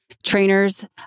Trainers